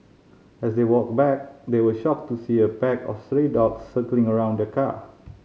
as they walked back they were shocked to see a pack of stray dogs circling around the car